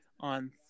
on